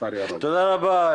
תודה רבה,